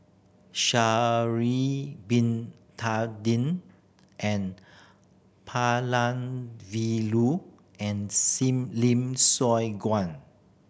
Sha'ari Bin Tadin N Palanivelu and Seem Lim Siong Guan